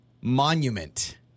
monument